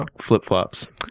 flip-flops